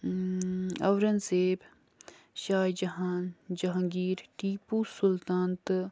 اورنگزیب شاہ جہاں جہانگیر ٹیپو سُلطان تہٕ